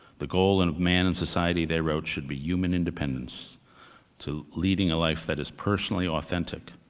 the goal and of man in society, they wrote, should be human independence to leading a life that is personally authentic,